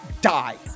die